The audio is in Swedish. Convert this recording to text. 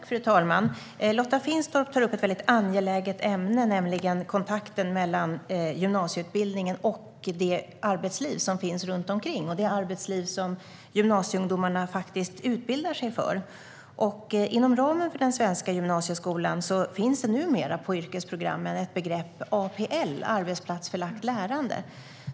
Fru talman! Lotta Finstorp tar upp ett mycket angeläget ämne, nämligen kontakten mellan gymnasieutbildningen och det arbetsliv som finns runt omkring - det arbetsliv gymnasieungdomarna faktiskt utbildar sig för. Inom ramen för den svenska gymnasieskolan finns numera begreppet "APL" på yrkesprogrammen, det vill säga arbetsplatsförlagt lärande.